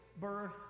birth